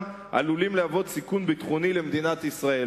עלולים להוות סיכון ביטחוני למדינת ישראל".